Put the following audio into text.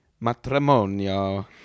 Matrimonio